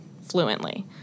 fluently